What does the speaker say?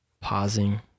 pausing